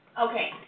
Okay